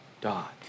dot